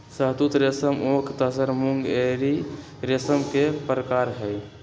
शहतुत रेशम ओक तसर मूंगा एरी रेशम के परकार हई